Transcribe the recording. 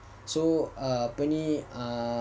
so err apa ni err